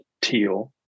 teal